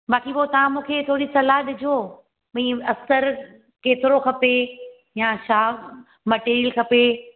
बाक़ी पोइ तव्हां मूंखे थोरी सलाह ॾिजो भई अस्तर केतिरो खपे या छा मटेरियल खपे